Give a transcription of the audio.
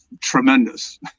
tremendous